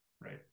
right